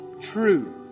true